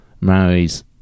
marries